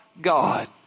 God